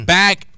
back